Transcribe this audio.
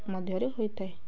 ମଧ୍ୟରେ ହୋଇଥାଏ